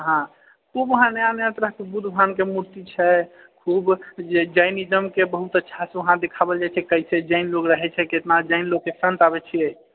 हाँ ओ वहाँ नया नया तरहकेँ बुद्ध भगवानके मूर्ति छै खूब जे जैनिज्मके बहुत अच्छासँ उहाँ दिखाओल जाइत छै कैसे जैन लोग रहै छै कैतना जैन लोगके संत आबै छिऐ